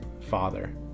father